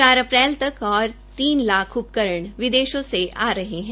चार अप्रैल तक और तीन लाख उपकरण विदेशों से आ रहे है